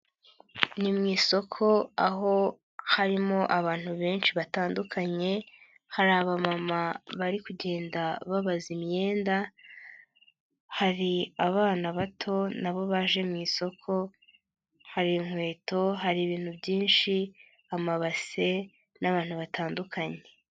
Ni mu isoko aho harimo abantu benshi batandukanye, hari abamama bari kugenda babaza imyenda, hari abana bato nabo baje mu isoko, hari inkweto, hari ibintu byinshi, amabase n'abantu batandukanye.